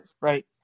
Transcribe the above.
right